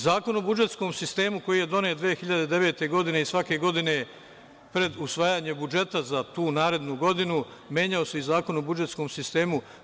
Zakon o budžetskom sistemu, koji je donet 2009. godine i svake godine pred usvajanje budžeta za tu narednu godinu, menjao se i Zakon o budžetskom sistemu.